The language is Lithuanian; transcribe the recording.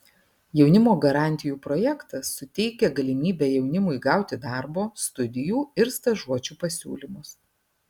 jaunimo garantijų projektas suteikia galimybę jaunimui gauti darbo studijų ir stažuočių pasiūlymus